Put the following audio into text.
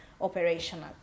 operational